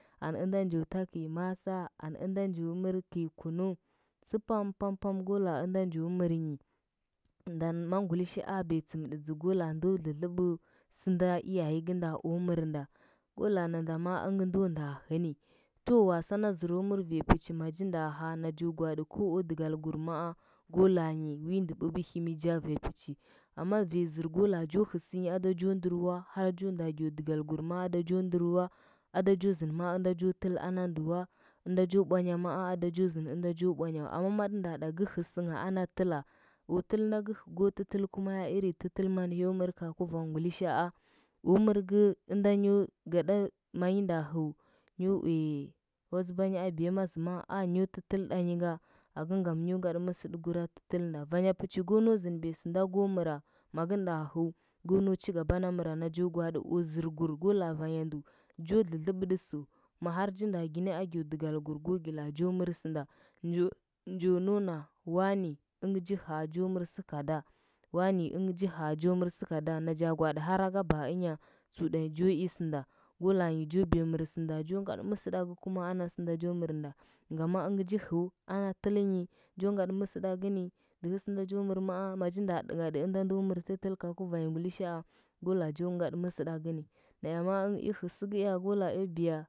Anɚ ɚnda njo ta kɚi masa, anɚ ɚnda njo mɚr. kɚi kunu sɚ pam pam pam go laa ɚnda njo mɚrngi ndo ma ngulishaa busa tsɚmtɚdza go laa ndo dlɚdlɚbɚ sɚnda go laa waye gɚnda o mɚrnda- go laa nanda ma ɚngɚ ndo ndo hɚ ni to wasa nda zɚro mɚr vanya pɚchi maji nda ha najo gwaɗi go o dɚgalgur maa leanyi wi ndɚ ndɚ bɚbɚ himi ja vanya bɚji amma vanya zɚ go laa jo hɚ sɚnyi ada jo nɚɚr wa, har jonda geo dɚgalgur ma ada jo nɚɚr wa, ada jo sɚnde ma ɚnda jo tɚl ana ndɚ wa, ɚnda jo bwanya maa ada jo zɚndɚ ɚnda jo bwanya wa. Amma matɚ nda ɗa ji hɚ sɚnyi ano tɚla, ya tɚl nda gɚ gɚzɚya mani nyo mɚr ga kuveung ngulisheaa? O mɚr gɚ ɚnda nyo gaɗa manyi nda hɚu nyo nda uya wazɚ banyi biyama zɚma oo nyo tɚtɚl tanyi nga aka gama nyo ngaɗɚ mɚsɚɗ kura tɚlnda? Vanya pɚchi go nau zɚndɚbiya sɚnda go mɚra, magɚ nda hɚu go na cigaba na mɚro. Najo gwaadi o zɚrkur go laa vanya ndu jo dlɚdlɚbɗɚsɚu ma har ji nda gini geo dɚgalgur go gi laa jo mɚr sɚnda. Njo, njo geon a wane ɚngɚ ji hea jo mɚrsɚ kada, wane ɚngɚ ji hea jo mɚrsɚ kada naja gwaaɗi har ka baaka ɚnya tsutanyi jo i sɚnda go laanyi jo biya mɚrsɚnda jo ngaɗi mɚsɚndagɚu kuma ana sɚnda jo mɚrnda gama ɚngɚ ji hɚu ana tɚlnyi jo ngadɚ mɚsɚɗagɚ ni oɚhɚ sɚnda jo mɚr maa ma ji nda ɗɚnghaɗi ɚnda ndo mɚr tɚtɚe ga guranyi ngulishaa go laa jo ngaɗɚ? Mɚsɚɗagɚ ni na ea nza ɚngɚ i hɚ sɚkɚ ea, go aa eo biya.